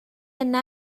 yna